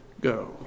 go